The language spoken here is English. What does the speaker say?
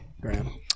Graham